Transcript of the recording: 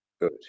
Good